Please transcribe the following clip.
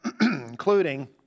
including